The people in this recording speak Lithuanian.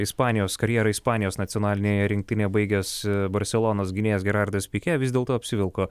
ispanijos karjerą ispanijos nacionalinėje rinktinėje baigęs barselonos gynėjas gerardas pikė vis dėlto apsivilko